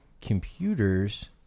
computers